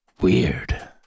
Weird